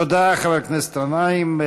תודה, חבר הכנסת גנאים.